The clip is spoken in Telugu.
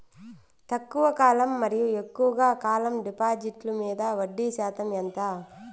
తక్కువ కాలం మరియు ఎక్కువగా కాలం డిపాజిట్లు మీద వడ్డీ శాతం ఎంత?